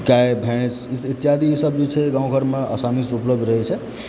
गाय भैंस इत्यादि ईसभ जे छै गाँव घरमे आसानीसँ उपलब्ध रहैत छै